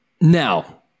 Now